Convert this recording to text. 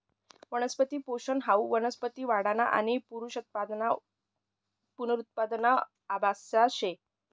वनस्पती पोषन हाऊ वनस्पती वाढना आणि पुनरुत्पादना आभ्यास शे